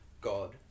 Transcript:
God